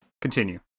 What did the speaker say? Continue